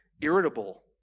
irritable